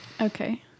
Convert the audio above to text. Okay